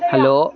hello